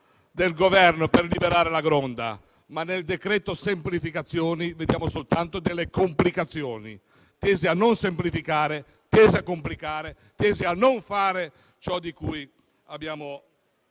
del Governo per liberare la Gronda, ma nel decreto semplificazioni vediamo soltanto complicazioni, tese non a semplificare ma a complicare e a non fare ciò di cui abbiamo bisogno.